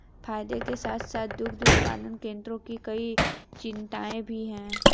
फायदे के साथ साथ दुग्ध उत्पादन केंद्रों की कई चिंताएं भी हैं